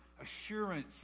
assurance